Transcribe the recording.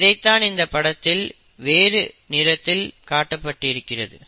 இதை தான் இந்த படத்தில் வேறு நிறத்தில் காட்டப்பட்டிருக்கிறது